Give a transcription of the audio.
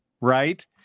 Right